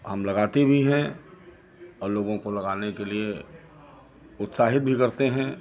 हम लगाते भी हैं और लोगों को लगाने के लिए उत्साहित भी करते हैं